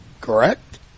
correct